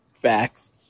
Facts